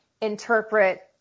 interpret